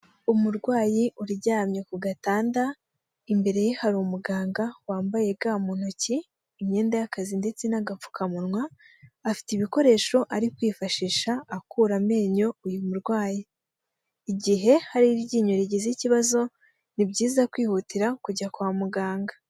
Umurwayi uryamye ku gatanda imbere ye hari umuganga wambaye ga mu ntoki imyenda y'akazi ndetse n'agapfukamunwa afite ibikoresho ari kwifashisha akura amenyo uyu murwayi. Igihe hari iryinyo rigize ikibazo ni byiza kwihutira kujya kwa muganga.